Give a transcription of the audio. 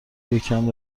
یکم